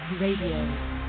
RADIO